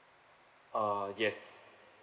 uh yes